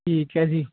ਠੀਕ ਹੈ ਜੀ